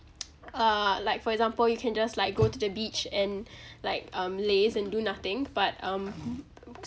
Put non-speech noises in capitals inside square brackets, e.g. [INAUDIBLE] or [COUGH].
[NOISE] uh like for example you can just like go to the beach and like um laze and do nothing but um [NOISE]